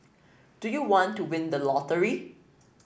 do you want to win the lottery